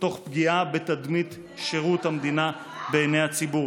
תוך פגיעה בתדמית שירות המדינה בעיני הציבור.